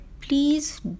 please